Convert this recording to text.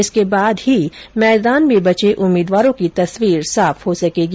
उसके बाद मैदान में बचे उम्मीदवारों की तस्वीर साफ हो सकेगी